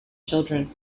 children